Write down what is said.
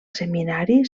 seminari